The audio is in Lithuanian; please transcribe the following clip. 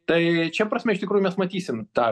tai šia prasme iš tikrųjų mes matysim tą